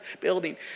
building